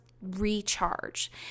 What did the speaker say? recharge